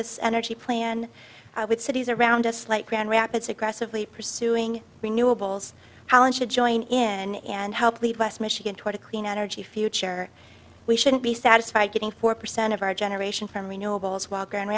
this energy plan would cities around us like grand rapids aggressively pursuing renewables allen should join in and help lead west michigan toward a clean energy future we shouldn't be satisfied getting four percent of our generation from renewables while grand